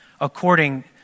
according